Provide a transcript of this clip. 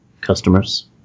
customers